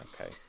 okay